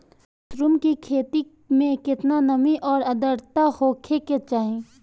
Mushroom की खेती में केतना नमी और आद्रता होखे के चाही?